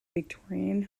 victorian